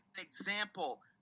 example